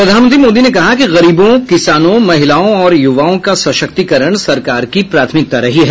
प्रधानमंत्री मोदी ने कहा कि गरीबों किसानों महिलाओं और युवाओं का सशक्तीकरण सरकार की प्राथमिकता रही है